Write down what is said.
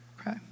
Okay